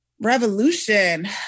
revolution